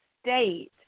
state